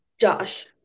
Josh